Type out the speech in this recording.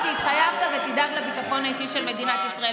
שהבטחת ותדאג לביטחון האישי במדינת ישראל.